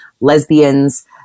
lesbians